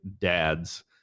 dads